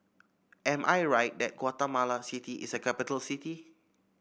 am I right that Guatemala City is a capital city